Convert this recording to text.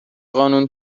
قانون